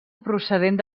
procedent